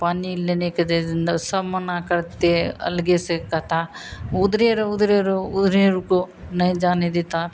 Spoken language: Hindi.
पानी लेने के दे दें तो सब मना करते अलग से कहते उधर रहो उधर रहो उधर रुको नहीं जाने देते